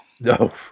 No